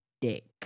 Dick